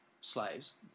slaves